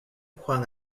juan